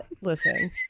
Listen